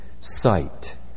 sight